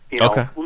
Okay